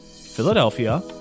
Philadelphia